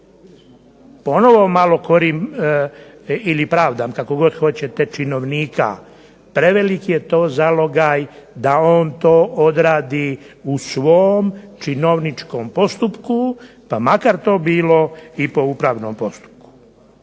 Ponovo malo korim ili pravdam kako god hoćete činovnika. Prevelik je to zalogaj da on to odradi u svom činovničkom postupku pa makar to bilo i po upravnom postupku.